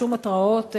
שום התראות,